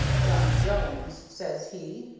john jones says he.